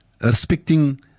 Respecting